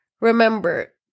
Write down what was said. Remember